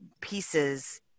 pieces